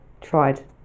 tried